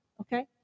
okay